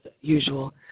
usual